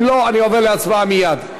אם לא, אני עובר להצבעה מייד.